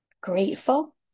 grateful